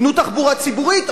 תנו תחבורה ציבורית,